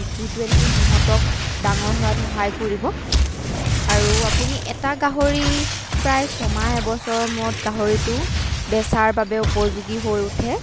যিটোৱে নেকি সিহঁতক ডাঙৰ হোৱাত সহায় কৰিব আৰু আপুনি এটা গাহৰি প্ৰায় ছমাহ এবছৰৰ মূৰত গাহৰিটো বেচাৰ বাবে উপযোগী হৈ উঠে